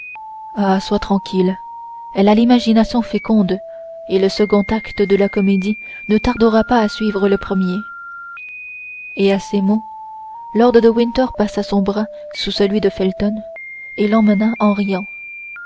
ah sois tranquille elle a l'imagination féconde et le second acte de la comédie ne tardera pas à suivre le premier et à ces mots lord de winter passa son bras sous celui de felton et l'emmena en riant